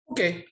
Okay